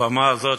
הבמה הזאת,